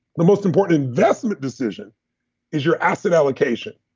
the most important investment decision is your asset allocation.